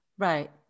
Right